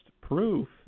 proof